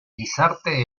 gizarte